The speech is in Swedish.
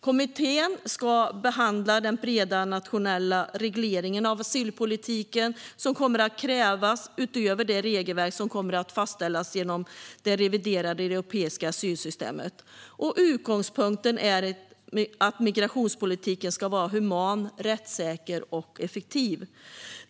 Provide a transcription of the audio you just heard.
Kommittén ska behandla den breda nationella reglering av asylpolitiken som kommer att krävas utöver det regelverk som kommer att fastställas genom det reviderade europeiska asylsystemet. Utgångspunkten är att migrationspolitiken ska vara human, rättssäker och effektiv.